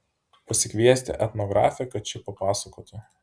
pasikviesti etnografę kad ši papasakotų